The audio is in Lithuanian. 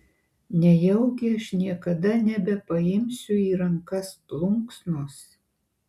nejaugi aš niekada nebepaimsiu į rankas plunksnos